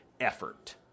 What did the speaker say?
effort